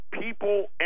people